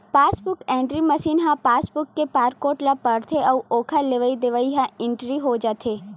passbook entry machine ह passbook के barcode ल पड़थे अउ ओखर लेवई देवई ह इंटरी हो जाथे